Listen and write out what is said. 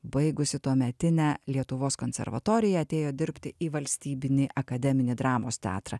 baigusi tuometinę lietuvos konservatoriją atėjo dirbti į valstybinį akademinį dramos teatrą